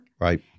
Right